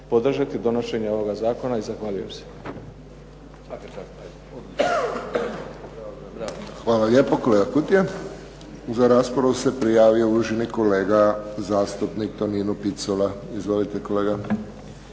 podržati donošenje ovoga zakona i zahvaljujem se. **Friščić, Josip (HSS)** Hvala lijepa kolega Kutija. Za raspravu se prijavio uvaženi kolega zastupnik Tonino Picula. Izvolite kolega.